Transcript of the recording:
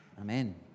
Amen